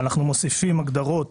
אנחנו מוסיפים הגדרות